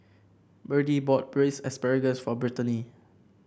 Birdie bought Braised Asparagus for Brittaney